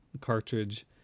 cartridge